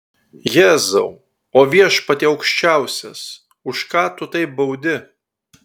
jėzau o viešpatie aukščiausias už ką tu taip baudi